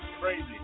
crazy